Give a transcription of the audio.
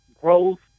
growth